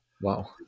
wow